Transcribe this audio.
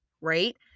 right